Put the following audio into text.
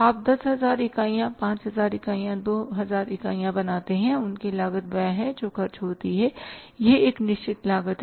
आप 10000 इकाइयाँ 5000 इकाइयाँ 2000 इकाइयाँ बनाते हैं उनकी लागत वह है जो खर्च होती है यह एक निश्चित लागत है